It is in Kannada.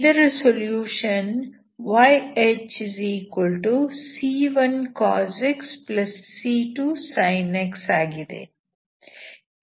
ಇದರ solution yHc1cos x c2sin x ಆಗಿದೆ